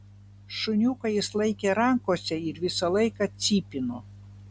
šuniuką jis laikė rankose ir visą laiką cypino